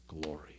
glory